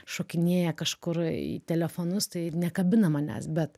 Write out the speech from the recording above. šokinėja kažkur į telefonus tai nekabina manęs bet